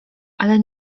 ale